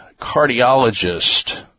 cardiologist